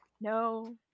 No